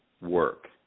work